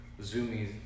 Zoomies